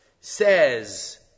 Says